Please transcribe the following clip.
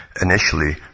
initially